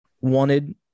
wanted